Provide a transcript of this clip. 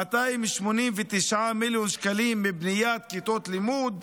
289 מיליון שקלים מבניית כיתות לימוד,